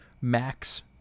max